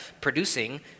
producing